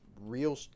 real